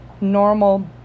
normal